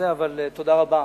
אבל תודה רבה.